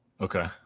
okay